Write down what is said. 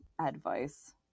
advice